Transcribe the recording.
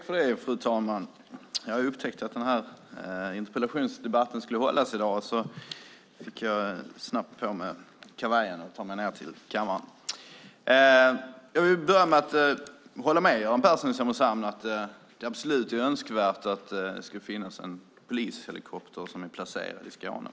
Fru talman! Jag håller med Göran Persson i Simrishamn om att det absolut är önskvärt att en polishelikopter finns placerad i Skåne.